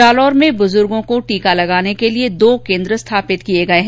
जालोर में बुजुर्गो को टीका लगाने के लिये दो केन्द्र स्थापित किये गये है